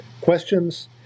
questions